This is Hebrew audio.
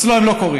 אצלו הם לא קורים.